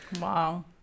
Wow